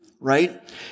Right